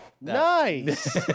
Nice